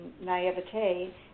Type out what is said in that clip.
naivete